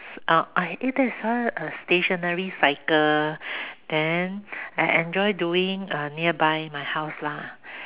oh uh eh a stationary cycle then I enjoy doing nearby my house lah